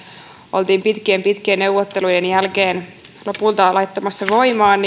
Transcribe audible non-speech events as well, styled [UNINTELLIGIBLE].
oltiin pitkien pitkien neuvottelujen jälkeen lopulta laittamassa voimaan [UNINTELLIGIBLE]